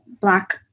Black